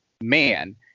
man